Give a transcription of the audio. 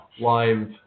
live